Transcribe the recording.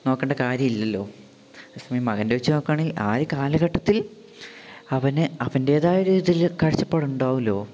നോക്കണ്ട കാര്യമില്ലല്ലൊ അതേ സമയം മകൻ്റെ വച്ചു നോക്കുവാണെങ്കിൽ ആ ഒരു കാലഘട്ടത്തിൽ അവനു അവൻറ്റേതായ ഒര് ഇതില് കാഴ്ചപ്പാടുണ്ടാകുമല്ലോ